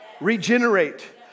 regenerate